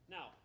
Now